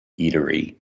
eatery